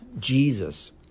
Jesus